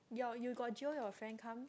your you got jio your friend come